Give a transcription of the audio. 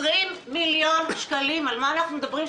20 מיליון שקלים של משרד הרווחה על מה אנחנו מדברים?